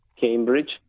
Cambridge